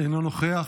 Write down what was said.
אינו נוכח,